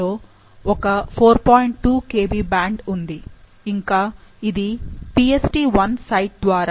2 Kb band ఉంది ఇంకా ఇది PstI సైట్ ద్వారా 3